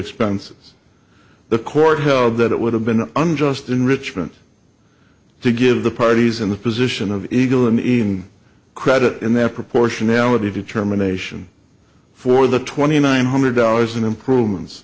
expenses the court held that it would have been unjust enrichment to give the parties in the position of eagle an even credit in their proportionality determination for the twenty nine hundred dollars in improvements